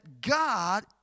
God